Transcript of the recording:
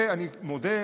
ואני רק מודה,